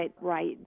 right